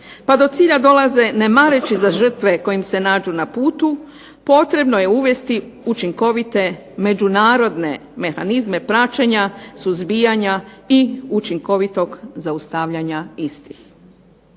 pa do cilja dolaze ne mareći za žrtve koje im se nađu na putu, potrebno je uvesti učinkovite međunarodne mehanizme praćenja, suzbijanja i učinkovitog zaustavljanja istih.